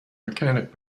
mechanic